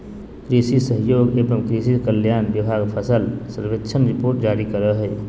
कृषि सहयोग एवं किसान कल्याण विभाग फसल सर्वेक्षण रिपोर्ट जारी करो हय